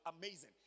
amazing